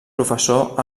professor